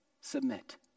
submit